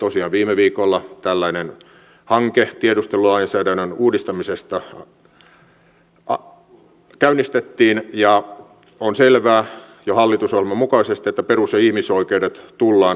tosiaan viime viikolla tällainen hanke tiedustelulainsäädännön uudistamisesta käynnistettiin ja on selvää jo hallitusohjelman mukaisesti että perus ja ihmisoikeudet tullaan turvaamaan